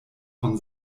von